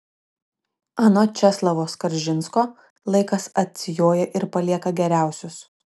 anot česlovo skaržinsko laikas atsijoja ir palieka geriausius